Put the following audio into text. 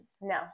no